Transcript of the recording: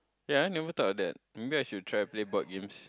yea I never thought of that maybe I should try play board games